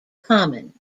common